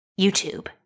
YouTube